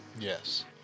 Yes